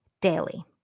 daily